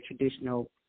traditional